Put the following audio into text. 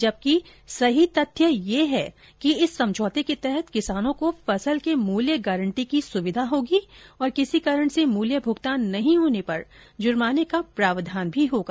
जबकि सही तथ्य यह है कि इस समझौते के तहत किसानों को फसल के मूल्य गांरटी की सुविधा होगी और किसी कारण से मुल्य भुगतान नहीं होने पर जुर्माने का प्रावधान भी होगा